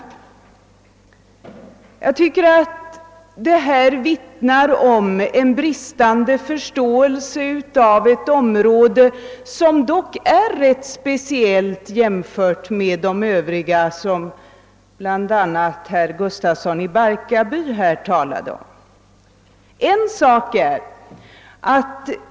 En sådan inställning vittnar enligt min mening om en bristande förståelse för ett område som dock är rätt speciellt i jämförelse med de övriga, som bl.a. herr Gustafsson i Barkarby här talade om.